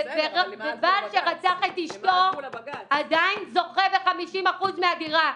בנאדם שרצח את אשתו עדיין זוכה ב-50% מהדירה.